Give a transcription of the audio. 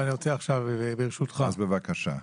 ברשותך,